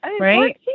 right